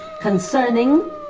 concerning